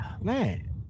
man